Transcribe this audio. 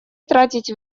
тратить